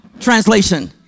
translation